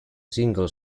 single